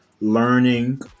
learning